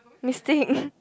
mistake